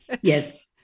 Yes